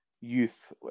youth